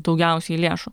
daugiausiai lėšų